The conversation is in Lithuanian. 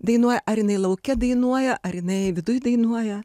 dainuoja ar jinai lauke dainuoja ar jinai viduj dainuoja